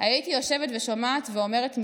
"הייתי יושבת ושומעת ואומרת,